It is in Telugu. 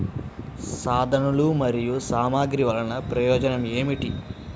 సాధనాలు మరియు సామగ్రి వల్లన ప్రయోజనం ఏమిటీ?